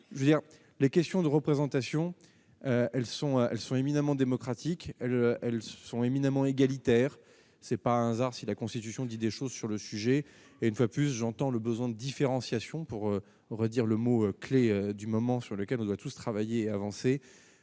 les questions de représentation, elles sont, elles, sont éminemment démocratique, elles se sont éminemment égalitaire, c'est pas un hasard si la Constit. Si on dit des choses sur le sujet, et une fois plus, j'entends le besoin d'différenciation pour redire le mot clé du moment, sur lequel on doit tous travailler avancer,